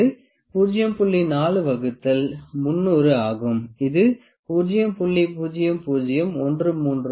4 வகுத்தல் 300 ஆகும் இது 0